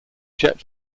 jet